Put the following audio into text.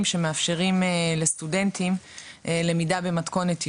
שמאפשרים לסטודנטים למידה במתכונת היברידית,